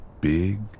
big